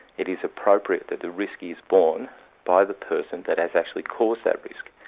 it is appropriate that the risk is borne by the person that has actually caused that risk.